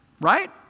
Right